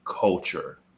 culture